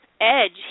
edge